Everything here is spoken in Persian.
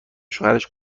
شوهرش